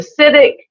acidic